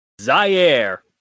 Zaire